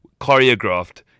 choreographed